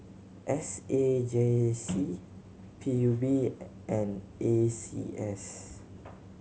S A J C P U B and A C S